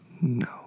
No